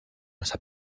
sap